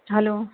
hello